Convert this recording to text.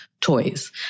toys